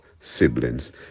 siblings